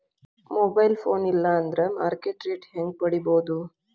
Mobile phone ಇಲ್ಲಾ ಅಂದ್ರ market rate ಹೆಂಗ್ ಪಡಿಬೋದು?